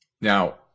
Now